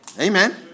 Amen